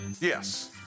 Yes